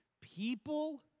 people